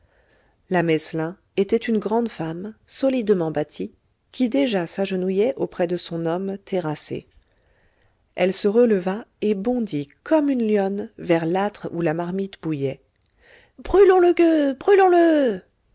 la meslin était une grande femme solidement bâtie qui déjà s'agenouillait auprès de son homme terrassé elle se releva et bondit comme une lionne vers l'âtre où la marmite bouillait brûlons le